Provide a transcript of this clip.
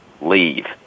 leave